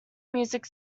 music